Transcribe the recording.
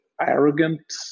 arrogant